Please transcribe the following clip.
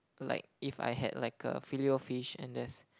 like if I had like a filet-O-fish and just